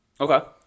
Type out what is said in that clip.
Okay